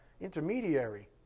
intermediary